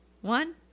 one